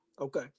Okay